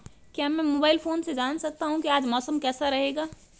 क्या मैं mobile phone से जान सकता हूँ कि आज मौसम कैसा रहेगा?